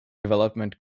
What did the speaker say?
development